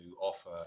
offer